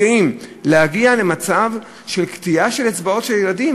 להגיע למצב של קטיעה של אצבעות של ילדים,